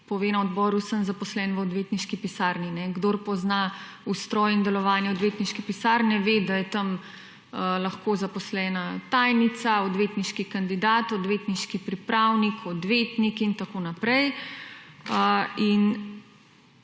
pove na odboru, sem zaposlen v odvetniški pisarni. Kdor pozna ustroj in delovanje odvetniške pisarne ve, da je tam lahko zaposlena tajnica, odvetniški kandidat, odvetniški pripravnik, odvetnik, itn., in